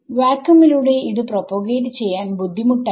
വാക്വമിലൂടെ ഇത് പ്രൊപോഗേറ്റ് ചെയ്യാൻ ബുദ്ധിമുട്ടായിരുന്നു